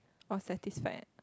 or satisfied